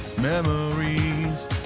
memories